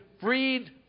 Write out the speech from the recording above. freed